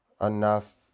enough